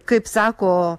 kaip sako